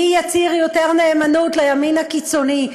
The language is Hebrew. מי יצהיר יותר נאמנות לימין הקיצוני.